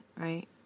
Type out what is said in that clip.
right